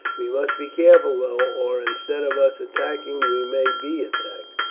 we must be careful though, or instead of us attacking we may be attacked.